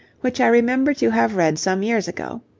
which i remember to have read some years ago.